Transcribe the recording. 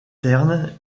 terne